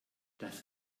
das